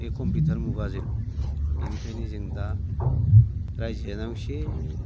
बे कम्पिउटार मुगाजों बेनिखायनो जों दा रायजो जानायाव एसे